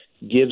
gives